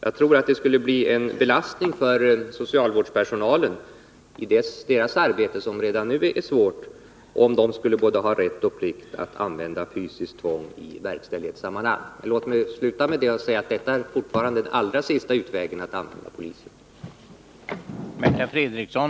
Jag tror det skulle bli en belastning för socialvårdspersonalen i dess arbete, som redan nu är svårt, om den skulle ha både rätt och plikt att använda fysiskt tvång i verkställighetssammanhang. 67 Låt mig sluta med att säga att det fortfarande är den allra sista utvägen att använda polisen.